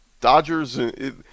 Dodgers –